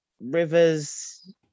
Rivers